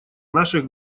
наших